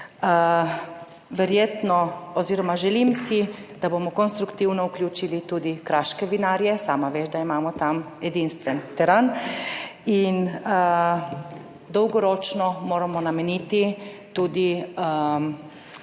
verjetno oziroma želim si, da bomo konstruktivno vključili tudi kraške vinarje - sama veš, da imamo tam edinstven teran - in dolgoročno moramo nameniti tudi